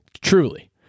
Truly